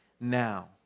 now